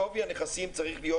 שווי הנכסים צריך להיות,